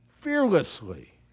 fearlessly